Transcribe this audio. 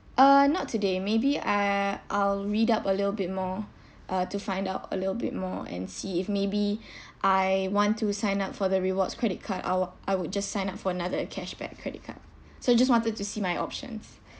uh not today maybe uh I'll read up a little bit more uh to find out a little bit more and see if maybe I want to sign up for the rewards credit card I wa~ I would just sign up for another cashback credit card so I just wanted to see my options